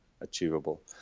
achievable